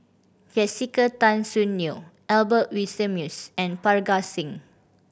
Jessica Tan Soon Neo Albert Winsemius and Parga Singh